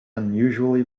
unusually